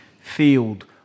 field